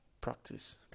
practice